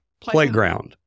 playground